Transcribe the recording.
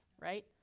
right